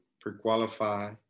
pre-qualify